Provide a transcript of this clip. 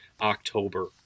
October